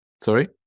Sorry